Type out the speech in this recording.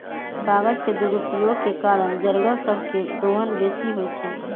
कागज के दुरुपयोग के कारण जङगल सभ के दोहन बेशी होइ छइ